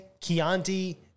Chianti